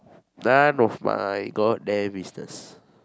none of my god damn business